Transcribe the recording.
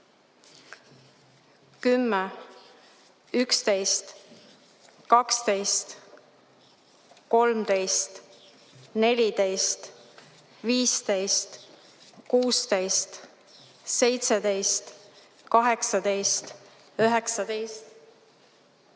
10, 11, 12, 13, 14, 15, 16, 17, 18, 19,